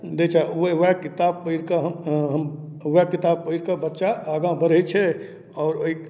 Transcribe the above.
दै छै ओहए किताब पढ़ि कऽ हम हम ओहए किताब पढ़ि कऽ बच्चा आगाँ बढ़ैत छै आओर ओहि